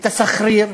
את הסחריר?